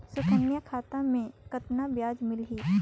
सुकन्या खाता मे कतना ब्याज मिलही?